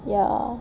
ya